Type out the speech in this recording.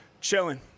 Chilling